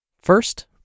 First